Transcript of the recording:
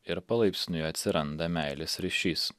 ir palaipsniui atsiranda meilės ryšys